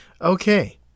Okay